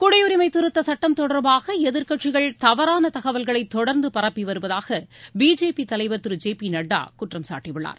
குடியுரிமை திருத்த சுட்டம் தொடர்பாக எதிர்கட்சிகள் தவறான தகவல்களை தொடர்ந்து பரப்பி வருவதாக பிஜேபி தலைவர் திரு ஜே பி நட்டா குற்றம் சாட்டியுள்ளார்